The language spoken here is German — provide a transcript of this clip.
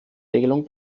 regelung